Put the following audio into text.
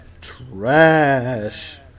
Trash